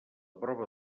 prova